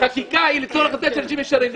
החקיקה היא לצורך זה שאנשים ישרים.